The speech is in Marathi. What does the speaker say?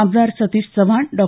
आमदार सतीश चव्हाण डॉ